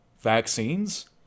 vaccines